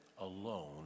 alone